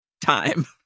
time